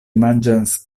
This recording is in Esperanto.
manĝas